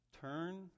turn